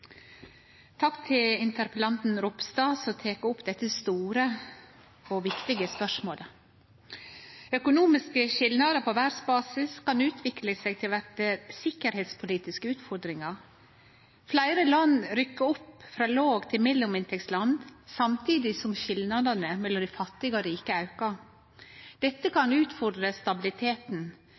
Takk til interpellanten Ropstad som tek opp dette store og viktige spørsmålet. Økonomiske skilnader på verdsbasis kan utvikle seg til å bli sikkerheitspolitiske utfordringar. Fleire land rykkjer opp frå låg- til mellominntektsland, samtidig som skilnadene mellom dei fattige og dei rike aukar. Dette kan utfordre stabiliteten,